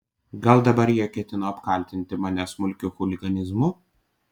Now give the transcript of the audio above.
gal dabar jie ketino apkaltinti mane smulkiu chuliganizmu